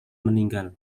meninggal